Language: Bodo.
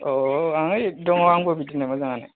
औ आं ऐ दङ आंबो बिदिनो मोजाङैनो